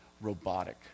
robotic